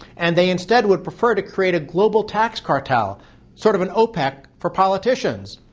and they instead would prefer to create a global tax cartel sort of an opec for politicians.